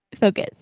focus